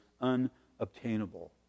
unobtainable